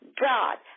God